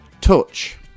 Touch